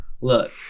Look